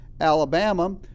Alabama